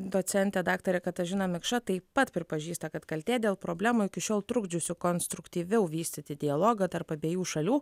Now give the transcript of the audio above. docentė daktarė katažina mikša taip pat pripažįsta kad kaltė dėl problemų iki šiol trukdžiusių konstruktyviau vystyti dialogą tarp abiejų šalių